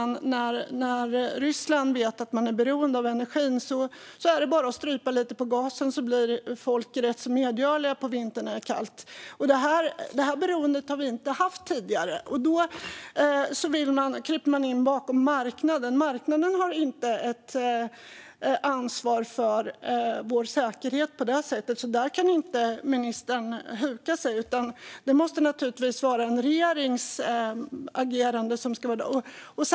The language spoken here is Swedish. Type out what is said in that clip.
När Ryssland vet att någon är beroende av energin kan de strypa lite på gasen när det är vinter och kallt för att folk ska bli medgörliga. Vi har inte haft detta beroende tidigare. Man kryper in bakom marknaden. Marknaden har inget ansvar för vår säkerhet. Därför kan ministern inte huka sig bakom det. Det här måste naturligtvis en regering agera på.